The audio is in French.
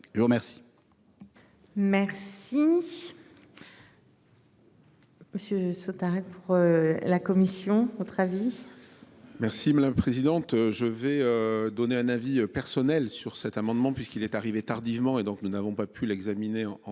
Je vous remercie. Merci. Monsieur Sautter est pour. La commission avis. Merci la présidente. Je vais donner un avis personnel sur cet amendement, puisqu'il est arrivé tardivement et donc nous n'avons pas pu l'examiner en